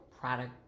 product